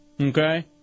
Okay